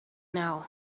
now